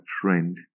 trend